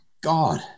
God